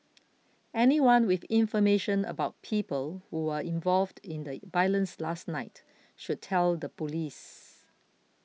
anyone with information about people who were involved in the violence last night should tell the police